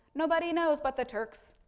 nobody knows but the turks.